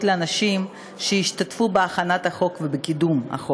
לאנשים שהשתתפו בהכנת החוק ובקידומו.